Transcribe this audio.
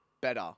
better